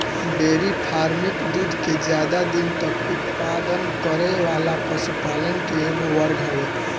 dairy farming दूध के ज्यादा दिन तक उत्पादन करे वाला पशुपालन के एगो वर्ग हवे